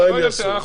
מה הם יעשו.